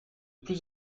plus